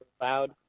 loud